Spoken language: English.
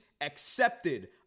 accepted